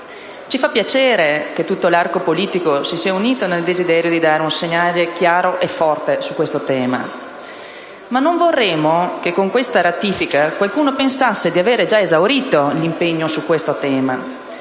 Ci fa piacere che tutto l'arco politico si sia unito nel desiderio di dare un segnale chiaro e forte su questo tema, ma non vorremmo che con tale ratifica qualcuno pensasse di avere già esaurito l'impegno sul tema